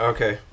Okay